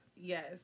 Yes